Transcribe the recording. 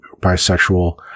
bisexual